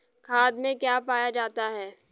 खाद में क्या पाया जाता है?